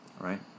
Right